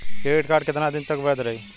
Credit card कितना दिन तक वैध रही?